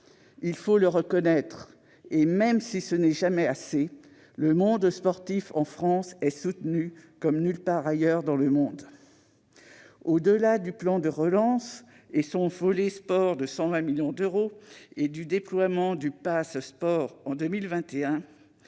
Il faut le reconnaître : même si ce n'est jamais assez, le monde sportif en France est soutenu comme nulle part ailleurs dans le monde. Au-delà du plan de relance, de son volet relatif au sport, doté de 120 millions d'euros, et du déploiement du Pass'Sport en 2021,